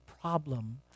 problem